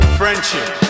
friendship